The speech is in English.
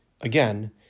Again